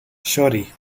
sorry